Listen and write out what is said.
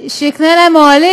איגוד שיקנה להם אוהלים,